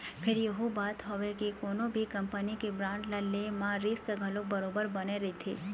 फेर यहूँ बात हवय के कोनो भी कंपनी के बांड ल ले म रिस्क घलोक बरोबर बने रहिथे